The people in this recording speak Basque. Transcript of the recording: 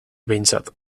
behintzat